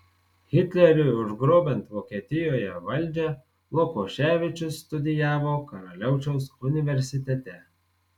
hitleriui užgrobiant vokietijoje valdžią lukoševičius studijavo karaliaučiaus universitete